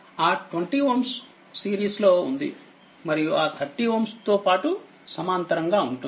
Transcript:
ఆ20Ωసిరీస్లో ఉంది మరియు ఆ30Ωతో పాటుసమాంతరంగా ఉంటుంది